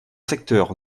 secteurs